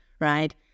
Right